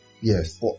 Yes